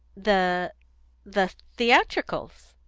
the the theatricals.